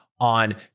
On